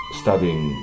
studying